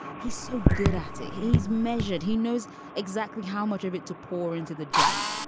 he's so good at it. he's measured. he knows exactly how much of it to pour into the jug.